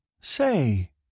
Say